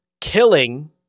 killing